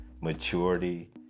maturity